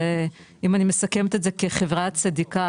זה אם אני מסכמת את זה כחברה צדיקה,